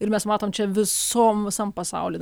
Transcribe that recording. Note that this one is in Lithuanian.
ir mes matom čia visom visam pasauly dar